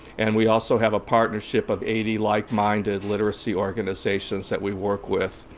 and we also have a partnership of eighty like-minded literacy organizations that we work with.